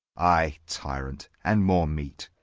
ay, tyrant, and more meat.